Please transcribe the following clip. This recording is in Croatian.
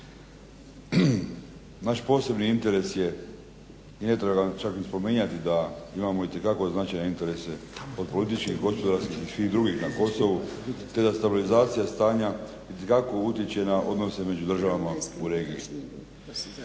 Naš posebni interes je i ne treba ga čak ni spominjati da imamo itekako značajne interese od političkih, gospodarskih i drugih na Kosovu te da stabilizacija stanja itekako utječe na odnose među državama u regiji.